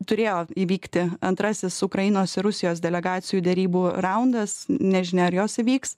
turėjo įvykti antrasis ukrainos ir rusijos delegacijų derybų raundas nežinia ar jos įvyks